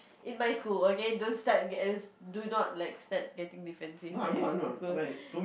in my school okay don't start getting do not like start getting defensive like as if your school